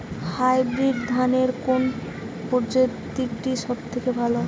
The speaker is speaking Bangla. হাইব্রিড ধানের কোন প্রজীতিটি সবথেকে ভালো?